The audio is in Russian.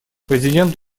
президент